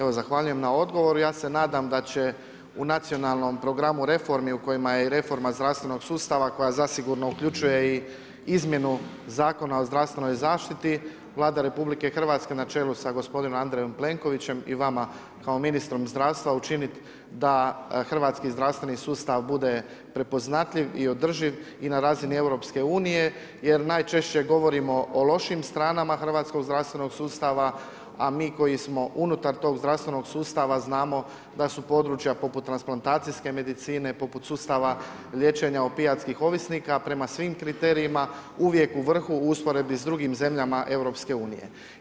Evo zahvaljujem na odgovoru, ja se nadam da će u nacionalnom programu reformi u kojima je i reforma zdravstvenog sustava koja zasigurno uključuje i izmjenu Zakona o zdravstvenoj zaštiti, Vlada RH na čelu sa gospodin Andrejom Plenkovićem i vama kao ministru zdravstva, učiniti da hrvatski zdravstveni sustav bude prepoznatljiv i održiv i na razini EU-a jer najčešće govorimo o lošim stranama hrvatskog zdravstvenog sustava a mi koji smo unutar tog zdravstvenog sustava znamo da su područja poput transplantacijske medicine, poput sustava liječenja opijatskih ovisnika prema svim kriterijima uvijek u vrhu u usporedbi s drugim zemljama EU-a.